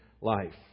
life